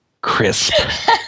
Crisp